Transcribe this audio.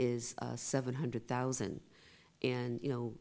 is seven hundred thousand and you know